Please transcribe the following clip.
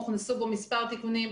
הוכנסו בו מספר תיקונים.